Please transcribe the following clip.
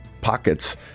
pockets